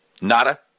Nada